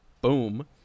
Boom